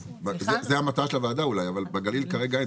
זו המטרה של הוועדה אולי, אבל בגליל אין כרגע.